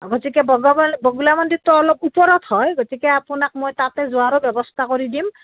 গতিকে বগ বগলা মন্দিৰটো অলপ ওপৰত হয় গতিকে আপোনাক মই তাতে যোৱাৰো ব্যৱস্থা কৰি দিম